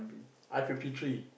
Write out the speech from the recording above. I fifty three